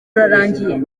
urarangiye